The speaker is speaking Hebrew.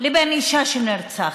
לבין אישה שנרצחת.